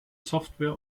software